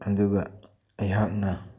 ꯑꯗꯨꯒ ꯑꯩꯍꯥꯛꯅ